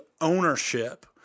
ownership